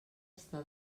està